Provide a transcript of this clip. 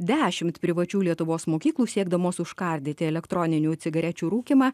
dešimt privačių lietuvos mokyklų siekdamos užkardyti elektroninių cigarečių rūkymą